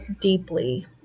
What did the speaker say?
deeply